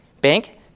Bank